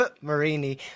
Marini